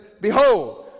Behold